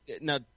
Now